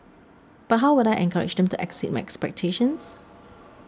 but how would I encourage them to exceed my expectations